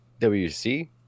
WC